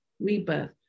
rebirth